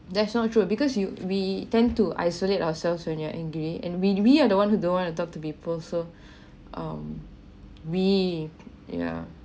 that's not true because you we tend to isolate ourselves when you're angry and when we are the one who don't want to talk to people so um we yeah